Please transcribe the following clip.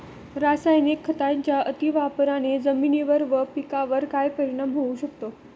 रासायनिक खतांच्या अतिवापराने जमिनीवर व पिकावर काय परिणाम होऊ शकतो?